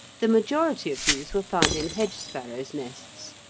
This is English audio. the majority of these were found in hedgesparrows' nests,